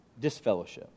disfellowship